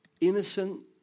innocent